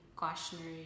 Cautionary